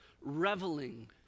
reveling